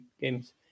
games